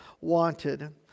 wanted